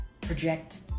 project